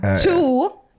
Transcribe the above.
two